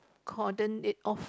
cordon it off